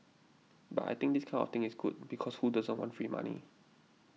but I think this kind of thing is good because who doesn't want free money